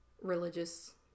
religious